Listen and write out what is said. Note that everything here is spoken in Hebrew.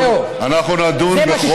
אני מבקש, חבר